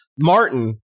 Martin